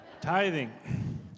Tithing